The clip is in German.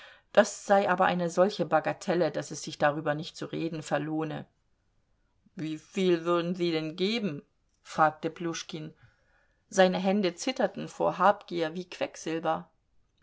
das sei aber eine solche bagatelle daß es sich darüber nicht zu reden verlohne wieviel würden sie denn geben fragte pljuschkin seine hände zitterten vor habgier wie quecksilber